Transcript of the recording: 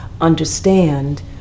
understand